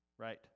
Right